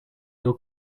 your